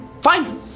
Fine